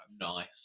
Nice